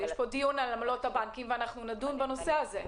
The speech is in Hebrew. יש פה דיון בעמלות הבנקים ואנחנו נדון בנושא הזה,